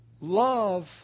Love